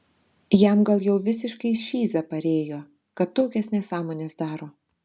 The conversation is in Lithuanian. jam gal jau visiškai šiza parėjo kad tokias nesąmones daro